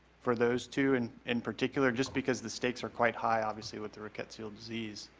for those two and in particular, just because the stakes are quite high, obviously, with the rickettsial disease?